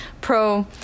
pro